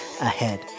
ahead